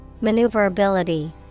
Maneuverability